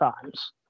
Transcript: times